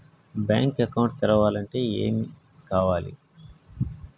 Bank account తెరవాలంటే ఏమేం కావాలి?